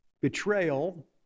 betrayal